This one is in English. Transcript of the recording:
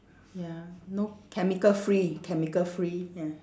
ya no chemical free chemical free ya